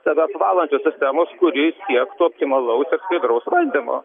save apvalančios sistemos kuri siektų optimalaus ir skaidraus valdymo